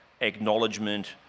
acknowledgement